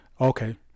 Okay